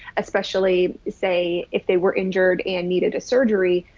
especially say if they were injured and needed a surgery,